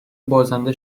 بازنده